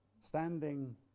Standing